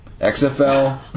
XFL